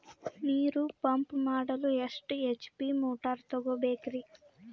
ನೀರು ಪಂಪ್ ಮಾಡಲು ಎಷ್ಟು ಎಚ್.ಪಿ ಮೋಟಾರ್ ತಗೊಬೇಕ್ರಿ?